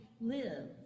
live